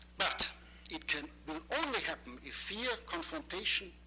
but it can only happen if fear, confrontation,